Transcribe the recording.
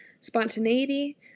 spontaneity